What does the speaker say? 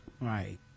right